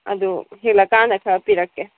ꯑꯗꯨ ꯍꯦꯛꯂꯛ ꯀꯥꯟꯗ ꯈꯔ ꯄꯤꯔꯛꯀꯦ